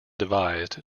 devised